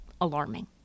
alarming